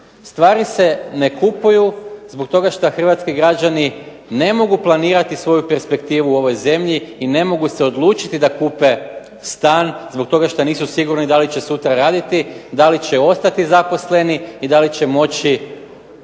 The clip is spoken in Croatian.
Stvari se ne kupuju zbog toga što hrvatski građani ne mogu planirati svoju perspektivu u ovoj zemlji i ne mogu se odlučiti da kupe stan zbog toga što nisu sigurni da li će sutra raditi, da li će ostati zaposleni i da li će moći